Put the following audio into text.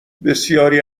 بسیاری